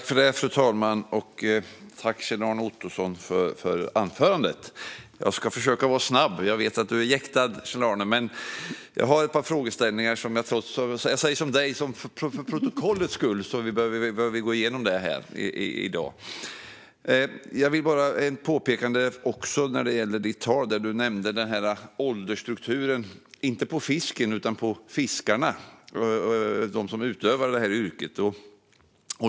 Fru talman! Tack, Kjell-Arne Ottosson, för anförandet! Jag ska försöka vara snabb. Jag vet att du är jäktad, Kjell-Arne. Men jag har ett par frågeställningar. Jag säger som du: För protokollets skull behöver vi gå igenom detta i dag. Jag har ett påpekande när det gäller det du nämnde om åldersstrukturen, inte på fisken utan på fiskarna, det vill säga de som utövar detta yrke.